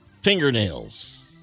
fingernails